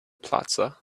plaza